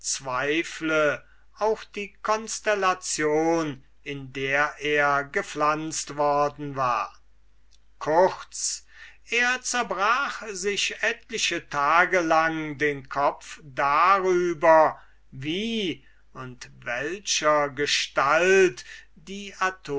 auch die constellation in der er gepflanzt worden war kurz er zerbrach sich etliche tage lang den kopf darüber wie und welchergestalt die